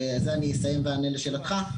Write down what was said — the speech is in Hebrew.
בזה אני אסיים ואענה לשאלתך,